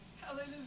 Hallelujah